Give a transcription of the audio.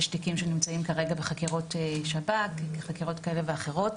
יש תיקים שנמצאים בחקירות שב"כ כאלה ואחרות.